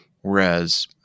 Whereas